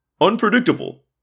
unpredictable